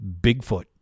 Bigfoot